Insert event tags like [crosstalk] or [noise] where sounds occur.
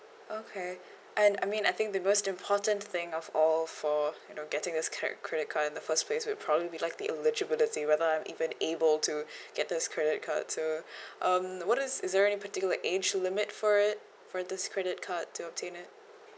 okay and I mean I think the most important thing of all for you know getting this cre~ credit card in the first place will probably be like the eligibility whether I'm even able to [breath] get this credit card so [breath] um what is is there any particular like age limit for it for this credit card to obtain it